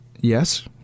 yes